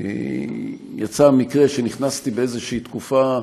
יצא המקרה שנכנסתי באיזושהי תקופה,